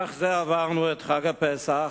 אך זה עברנו את חג הפסח,